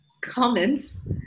comments